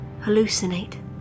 hallucinate